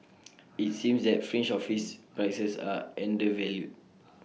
IT seems that fringe office prices are undervalued